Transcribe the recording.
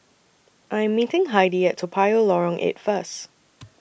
I Am meeting Heidy At Toa Payoh Lorong eight First